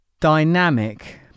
dynamic